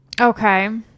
Okay